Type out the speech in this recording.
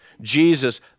Jesus